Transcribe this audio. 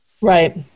right